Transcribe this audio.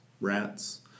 rats